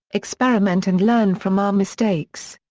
experiment and learn from our mistakes.